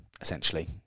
essentially